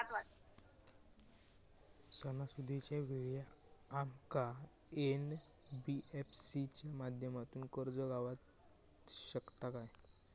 सणासुदीच्या वेळा आमका एन.बी.एफ.सी च्या माध्यमातून कर्ज गावात शकता काय?